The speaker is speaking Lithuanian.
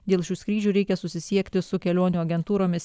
dėl šių skrydžių reikia susisiekti su kelionių agentūromis